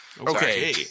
okay